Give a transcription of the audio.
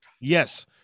Yes